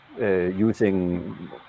using